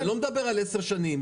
אני לא מדבר על עשר שנים,